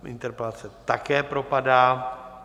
Interpelace také propadá.